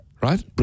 Right